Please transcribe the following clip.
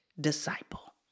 disciple